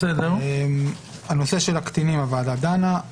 נושא הקטינים הוועדה דנה.